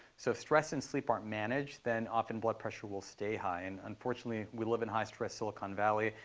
so if stress and sleep aren't managed, then often blood pressure will stay high. and unfortunately, we live in high-stress silicon valley.